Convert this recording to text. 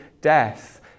death